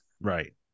Right